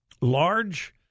large